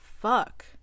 fuck